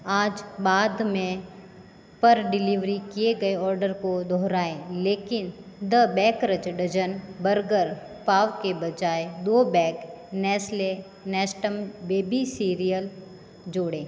आज बाद में पर डिलीवरी किए गए ऑर्डर को दोहराएँ लेकिन द बेकरज़डज़न बर्गर पाव के बजाय दो bag Nestle Nestum baby cereal cereal जोड़ें